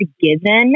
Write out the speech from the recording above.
given